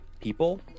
people